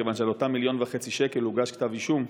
כיוון שעל אותם 1.5 מיליון שקל הוגש כתב אישום,